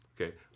okay